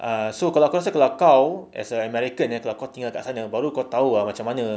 ah so kalau aku rasa kalau kau as an american kan kau tinggal kat sana baru kau tahu ah macam mana